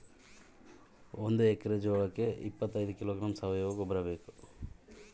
ಒಂದು ಎಕ್ಕರೆ ಜೋಳಕ್ಕೆ ಎಷ್ಟು ಕಿಲೋಗ್ರಾಂ ಸಾವಯುವ ಗೊಬ್ಬರ ಬೇಕು?